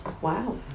Wow